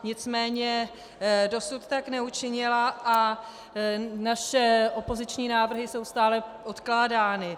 Nicméně dosud tak neučinila a naše opoziční návrhy jsou stále odkládány.